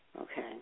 okay